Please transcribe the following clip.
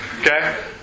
Okay